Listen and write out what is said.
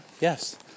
Yes